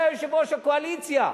שהיה יושב-ראש הקואליציה,